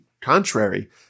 contrary